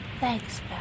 Thanks